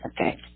okay